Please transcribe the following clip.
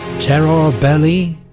terror ah belli,